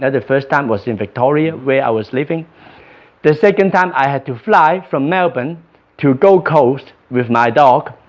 ah the first time was in victoria where i was living the second time i had to fly from melbourne to go coast with my dog,